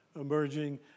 emerging